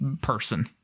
person